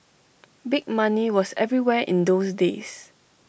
big money was everywhere in those days